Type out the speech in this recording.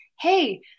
hey